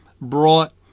brought